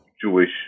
Jewish